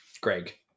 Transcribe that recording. Greg